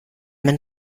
man